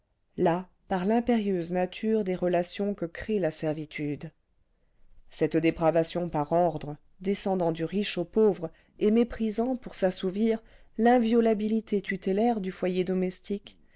là par l'impérieuse nature des relations que crée la servitude cette dépravation par ordre descendant du riche au pauvre et méprisant pour s'assouvir l'inviolabilité tutélaire du foyer domestique